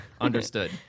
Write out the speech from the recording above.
Understood